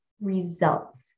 results